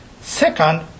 Second